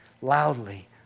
loudly